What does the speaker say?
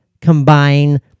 combine